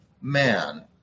man